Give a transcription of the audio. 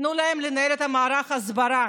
תנו להם לנהל את מערך ההסברה